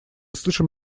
слышим